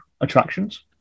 attractions